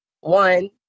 one